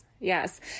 yes